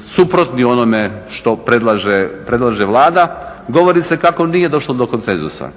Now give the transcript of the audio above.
suprotni onome što predlaže Vlada, govori se kako nije došlo do konsenzusa.